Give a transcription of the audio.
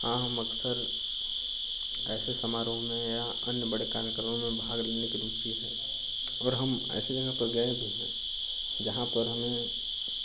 हाँ हम अक्सर ऐसे समारोह में या अन्य बड़े कार्यक्रमों में भाग लेने की रुचि है और हम ऐसी जगह पर गए भी हैं जहाँ पर हमें